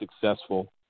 successful